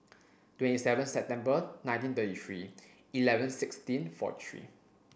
twenty seven September nineteen thirty three eleven sixteen four three